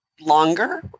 longer